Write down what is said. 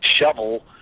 shovel